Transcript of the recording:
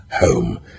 home